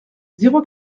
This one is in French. zéro